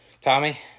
Tommy